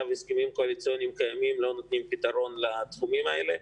הסכמים קואליציוניים קיימים לא נותנים פתרון לתחומים האלה.